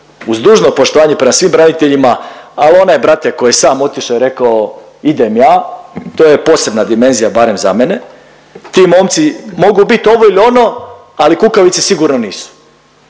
uz dužno poštovanje prema svim braniteljima, al onaj brat ko je sam otišao i rekao idem ja to je posebna dimenzija, barem za mene. Ti momci mogu bit ovo ili ono, ali kukavice sigurno nisu.